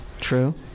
True